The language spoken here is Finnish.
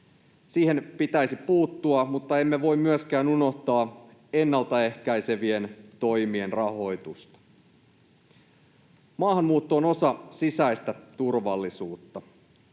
Siihen pitäisi puuttua, mutta emme voi myöskään unohtaa ennalta ehkäisevien toimien rahoitusta. Maahanmuutto on osa sisäistä turvallisuutta.